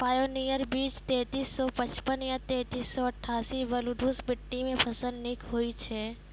Pioneer बीज तेंतीस सौ पचपन या तेंतीस सौ अट्ठासी बलधुस मिट्टी मे फसल निक होई छै?